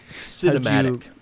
Cinematic